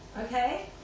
okay